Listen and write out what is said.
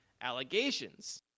allegations